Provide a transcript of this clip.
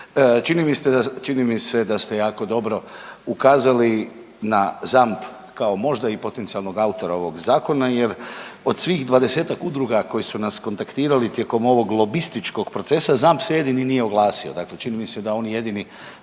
Čini mi se da ste jako dobro ukazali na ZAMP kao možda i potencijalnog autora ovog zakona jer od svih 20-ak udruga koje su nas kontaktirali tijekom ovog lobističkog procesa ZAMP se jedini nije oglasio, dakle čini mi se da oni jedini